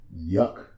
Yuck